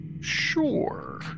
Sure